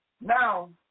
Now